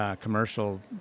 commercial